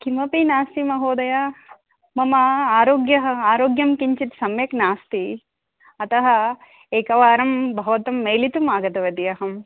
किमपि नास्ति महोदय मम आरोग्यम् आरोग्यं किञ्चित् सम्यक् नास्ति अतः एकवारं भवन्तं मेलितुम् आगतवती अहं